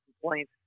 complaint